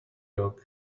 dog